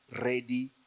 ready